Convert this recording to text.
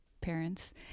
parents